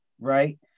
right